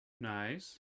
Nice